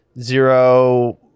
zero